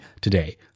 today